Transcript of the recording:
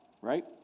right